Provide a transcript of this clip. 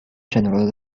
general